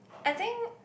I think